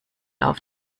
auf